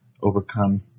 overcome